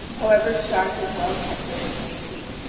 however sharp and well tempered it might be.